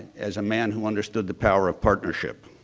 as a man who understood the power of partnership.